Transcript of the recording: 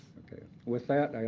ok. with that,